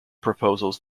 proposals